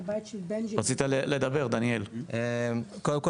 קודם כל